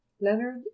leonard